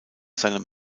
seinem